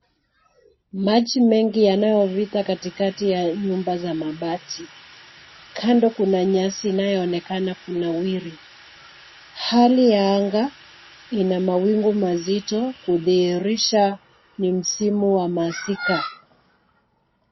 Maji mengi yanayopita katikati ya nyumba za mabati. Kando kuna nyasi inayoonekana kunawiri. Hali ya anga ina mawingu mazito kudhihirisha ni msimu wa masika.